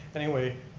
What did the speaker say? anyway,